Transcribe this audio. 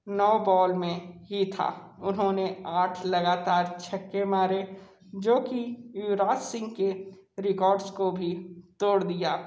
नौ ball में ही था उन्होंने आठ लगातार छक्के मारे जो कि युवराज सिंह के रिकॉर्ड्स को भी तोड़ दिया